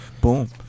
Boom